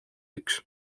üks